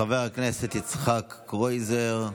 חבר הכנסת יצחק קרויזר,